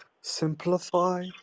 Simplify